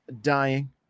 dying